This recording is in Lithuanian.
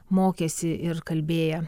mokęsi ir kalbėję